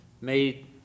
made